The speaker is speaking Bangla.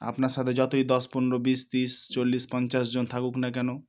আপনার সাথে যতই দশ পনেরো বিশ ত্রিশ চল্লিশ পঞ্চাশ জন থাকুক না কেন